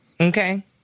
Okay